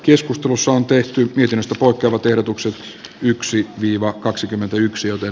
keskustelussa on tehty viidestä potevat ehdotukset yksi viiva kaksikymmentäyksi joten